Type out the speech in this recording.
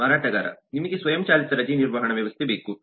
ಮಾರಾಟಗಾರ ನಿಮಗೆ ಸ್ವಯಂಚಾಲಿತ ರಜೆ ನಿರ್ವಹಣಾ ವ್ಯವಸ್ಥೆ ಬೇಕು